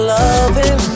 loving